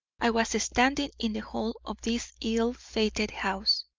i was standing in the hall of this ill-fated house.